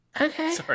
Okay